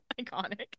iconic